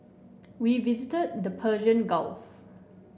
we visited the Persian Gulf